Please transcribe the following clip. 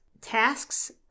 tasks